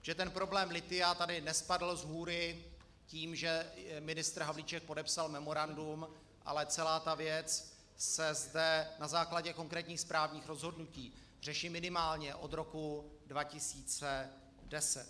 Že ten problém lithia tady nespadl shůry tím, že ministr Havlíček podepsal memorandum, ale celá ta věc se zde na základě konkrétních správních rozhodnutí řeší minimálně od roku 2010.